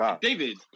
David